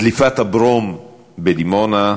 דליפת הברום בדימונה,